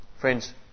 Friends